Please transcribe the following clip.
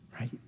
right